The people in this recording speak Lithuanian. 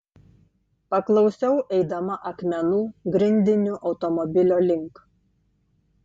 paklausiau eidama akmenų grindiniu automobilio link